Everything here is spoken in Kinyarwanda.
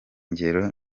ngero